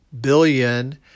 billion